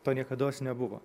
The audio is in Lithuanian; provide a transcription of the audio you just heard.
to niekados nebuvo